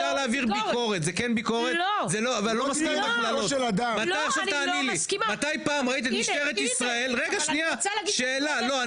זה היה לי חסר כי